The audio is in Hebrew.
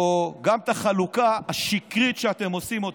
גם החלוקה השקרית שאתם עושים: